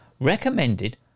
recommended